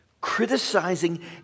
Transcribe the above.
Criticizing